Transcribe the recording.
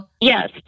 Yes